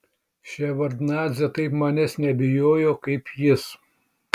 ševardnadzė taip manęs nebijojo kaip jis